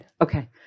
Okay